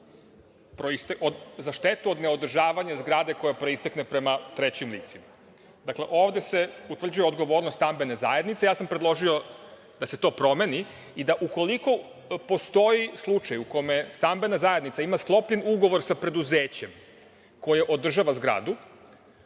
za štetu od neodržavanja zgrade koja proistekne prema trećim licima. Dakle, ovde se utvrđuje odgovornost stambene zajednice. Ja sam predložio da se to promeni i da ukoliko postoji slučaj u kome stambena zajednica ima sklopljen ugovor sa preduzećem koje održava zgradu,